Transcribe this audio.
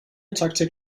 taktik